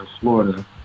florida